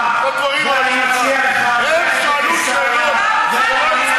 לא שום שר או דברים,